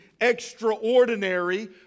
extraordinary